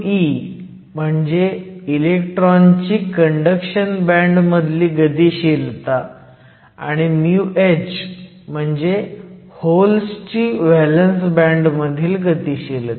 μe म्हणजे इलेक्ट्रॉनची conduction band मधली गतिशीलता आणि μh म्हणजे होल्सची व्हॅलंस बँड मधली गतिशीलता